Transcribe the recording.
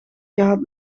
gehad